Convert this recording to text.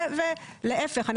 להיפך,